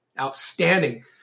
outstanding